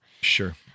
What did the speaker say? Sure